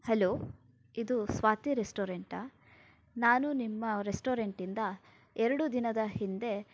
hello ಇದು ಸ್ವಾತಿ ರೆಸ್ಟೋರೆಂಟಾ ನಾನು ನಿಮ್ಮ ರೆಸ್ಟೋರೆಂಟಿಂದ ಎರಡು ದಿನದ ಹಿಂದೆ